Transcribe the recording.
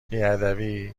بیادبی